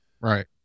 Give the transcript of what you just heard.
Right